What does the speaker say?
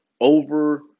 over